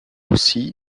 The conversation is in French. aussi